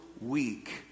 weak